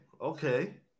okay